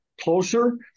closer